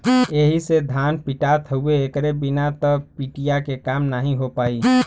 एही से धान पिटात हउवे एकरे बिना त पिटिया के काम नाहीं हो पाई